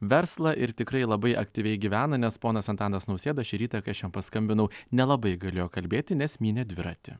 verslą ir tikrai labai aktyviai gyvena nes ponas antanas nausėda šį rytą kai aš jam paskambinau nelabai galėjo kalbėti nes mynė dviratį